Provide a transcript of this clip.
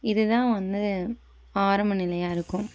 இதுதான் வந்து ஆரம்பநிலையாக இருக்கும்